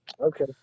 okay